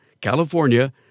California